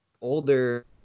older